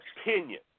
opinion